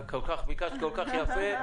ביקשת כל כך יפה.